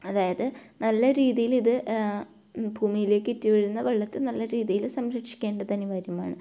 അതായത് നല്ല രീതീയിലിത് ഭൂമീലേക്കിറ്റ് വീഴുന്ന വെള്ളത്തെ നല്ല രീതീയിൽ സംരക്ഷിക്കേണ്ടത് അനിവാര്യമാണ്